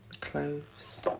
cloves